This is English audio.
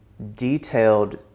detailed